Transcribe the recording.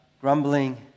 grumbling